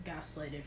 gaslighted